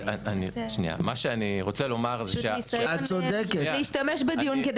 1,000 ₪ או 2,000 ₪ שגובים בשנה בשם תשלומי רשות